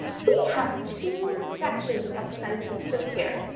we have two sections of sentences here.